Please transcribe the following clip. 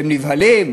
אתם נבהלים,